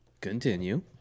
Continue